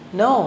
no